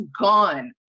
gone